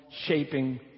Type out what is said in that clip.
shaping